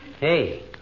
Hey